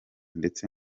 ndetse